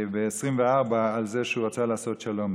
ב-1924, על זה שרצה לעשות שלום.